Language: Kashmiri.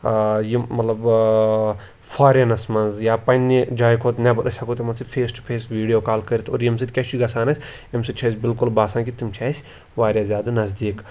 یِم مطلب فارِنَس منٛز یا پَنٛنہِ جایہِ کھۄتہٕ نیٚبَر أسۍ ہٮ۪کو تِمَن سۭتۍ face to face video call کٔرِتھ اور ییٚمہِ سۭتۍ کیٛاہ چھُ گژھان اَسہِ ییٚمہِ سۭتۍ چھُ اَسہِ بلکل باسان کہِ تِم چھِ اَسہِ واریاہ نزدیٖک